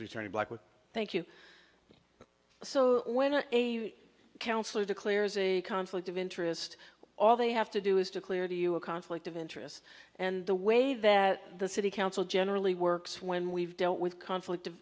attorney black would thank you so when a counselor declares a conflict of interest all they have to do is declare to you a conflict of interest and the way that the city council generally works when we've dealt with conflict of